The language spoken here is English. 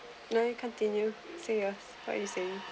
no you continue say yours what you saying